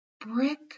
brick